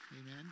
Amen